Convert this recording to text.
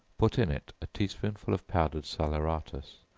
put in it a tea-spoonful of powdered salaeratus,